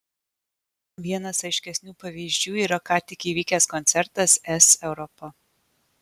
vienas aiškesnių pavyzdžių yra ką tik įvykęs koncertas es europa